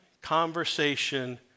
conversation